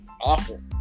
awful